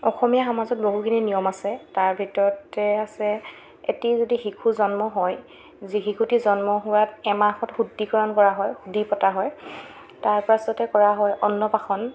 অসমীয়া সমাজত বহুখিনি নিয়ম আছে তাৰ ভিতৰতে আছে এটি যদি শিশু জন্ম হয় যি শিশুটি জন্ম হোৱাত এমাহত শুদ্ধিকৰণ কৰা হয় শুদ্ধি পতা হয় তাৰ পাছতে কৰা হয় অন্নপ্ৰাসন